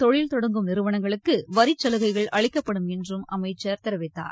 தொழில் தொடங்கும் நிறுவனங்களுக்கு வரிச்சலுகைகள் அளிக்கப்படும் என்றும் அமைச்சர் அறிவித்தார்